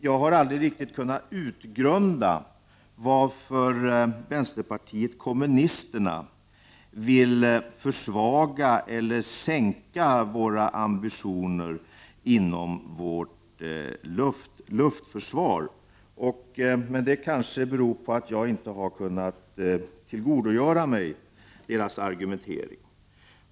Jag har aldrig riktigt kunnat utgrunda varför vänsterpartiet kommunisterna vill försvaga eller sänka våra ambitioner inom luftförsvaret. Men det kanske beror på att jag inte har kunnat tillgodogöra mig deras argumentering.